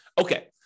Okay